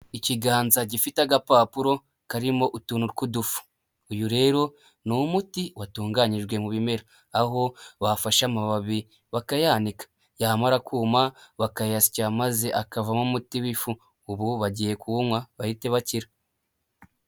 Ikiganza gifite agapapuro karimo utuntu tw'udufu, uyu rero ni umuti watunganyijwe mu bimera aho bafashe amababi bakayanika yamara kuma bakayasya maze akavamo umuti w'ifu, ubu bagiye kuwunywa bahite bakira.